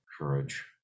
courage